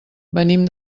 venim